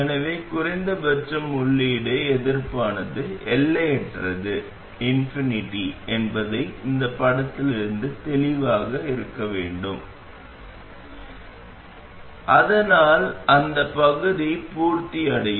எனவே குறைந்த பட்சம் உள்ளீடு எதிர்ப்பானது எல்லையற்றது என்பதை இந்த படத்திலிருந்து தெளிவாக இருக்க வேண்டும் அதனால் அந்த பகுதி பூர்த்தி அடையும்